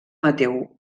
mateu